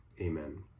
amen